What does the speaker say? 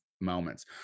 moments